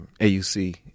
AUC